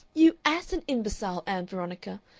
you ass and imbecile, ann veronica!